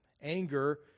anger